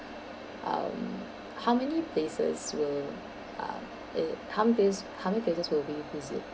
um how many places will um it how many places will we visit